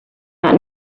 that